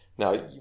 Now